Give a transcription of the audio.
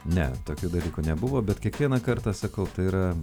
ne tokių dalykų nebuvo bet kiekvieną kartą sakau tai yra